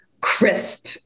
crisp